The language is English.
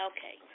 Okay